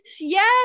yes